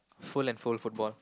full and full football